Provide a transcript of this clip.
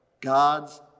God's